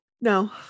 No